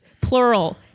Plural